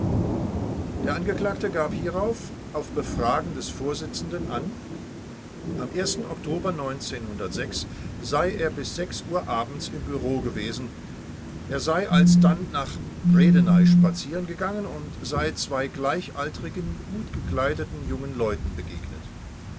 der angeklagte gab hierauf auf befragen des vorsitzenden an am oktober sei er bis uhr abends im bureau gewesen er sei alsdann nach bredeney spazieren gegangen und sei zwei gleichaltrigen gutgekleideten jungen leuten begegnet